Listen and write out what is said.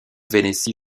vénétie